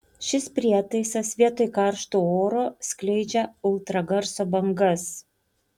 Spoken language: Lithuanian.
šis prietaisas vietoj karšto oro skleidžia ultragarso bangas